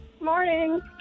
Morning